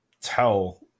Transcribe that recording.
tell